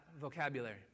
vocabulary